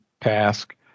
task